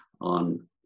on